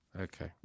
Okay